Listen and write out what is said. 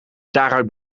daaruit